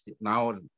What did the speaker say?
now